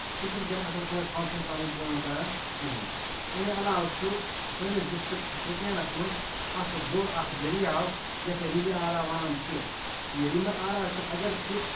سُہ چھُنہٕ تِم اَصٕل پٲٹھۍ فَنٛگشَن پَنٕنۍ کٲم کَران کِہیٖنۍ امہِ علاوٕ چھُ سٲنِس ڈِسٹِرٛک شُپیَنَس منٛز اَکھ بوٚڑ اَکھ دٔریاو یَتھ ریٚمہِ عارا وَنَن چھِ یہِ ریٚمہِ آرا چھُ اگر چھِ